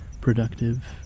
productive